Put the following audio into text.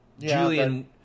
Julian